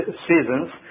seasons